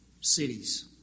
cities